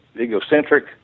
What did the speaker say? egocentric